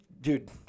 dude